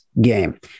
game